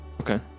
Okay